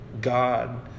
God